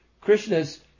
Krishna's